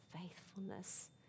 faithfulness